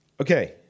Okay